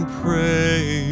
pray